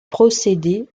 procéder